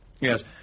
Yes